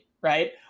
right